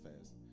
fast